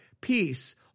peace